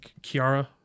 Kiara